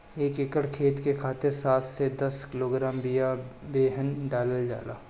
एक एकर खेत के खातिर सात से दस किलोग्राम बिया बेहन डालल जाला?